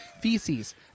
Feces